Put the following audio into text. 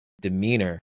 demeanor